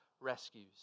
rescues